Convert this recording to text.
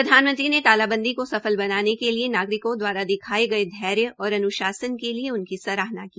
प्रधानमंत्री ने तालाबंदी को सफल बनाने के लिए नागरिकों दवारा दिखाये गये धैर्य और अन्शासन के लिए उनकी सराहना की